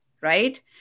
right